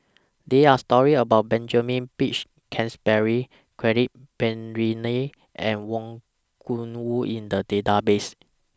There Are stories about Benjamin Peach Keasberry Quentin Pereira and Wang Gungwu in The Database